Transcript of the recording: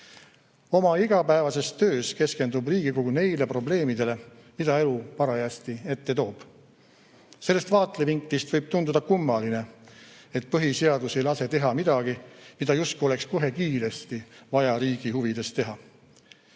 Oma igapäevases töös keskendub Riigikogu neile probleemidele, mida elu parajasti ette toob. Sellest vaatevinklist võib tunduda kummaline, et põhiseadus ei lase teha midagi, mida justkui oleks kohe kiiresti vaja riigi huvides teha.